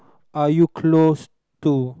are you close to